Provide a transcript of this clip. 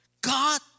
God